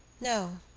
no,